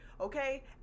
okay